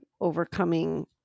overcoming